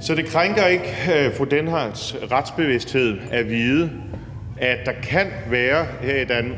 Så det krænker ikke fru Karina Lorentzen Dehnhardts retsbevidsthed at vide, at der kan være,